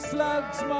Slugs